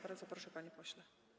Bardzo proszę, panie pośle.